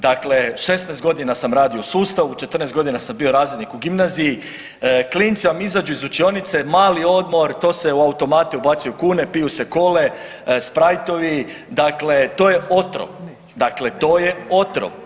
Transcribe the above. Dale, 16 godina sam radio u sustavu, 14 godina sam bio razrednik u gimnaziji, klinci vam izađu iz učionice, mali odmor to se u automate ubacuju kune, piju se kolegice i Cole, Spritovi, dakle to je otrov, dakle to je otrov.